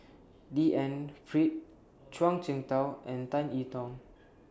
D N Pritt Zhuang Shengtao and Tan E Tong